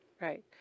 right